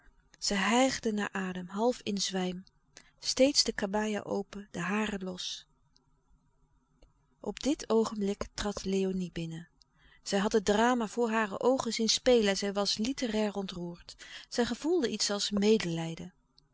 zij hijgde naar adem half in zwijm steeds de kabaia open de haren los op dit oogenblik trad léonie binnen zij had het drama voor hare oogen zien spelen en zij was litterair ontroerd zij gevoelde iets als medelijden